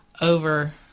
over